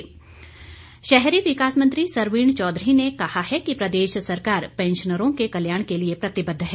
सरवीण चौधरी शहरी विकास मंत्री सरवीण चौधरी ने कहा है कि प्रदेश सरकार पैंशनरों के कल्याण के लिए प्रतिबद्ध है